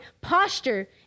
posture